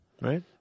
right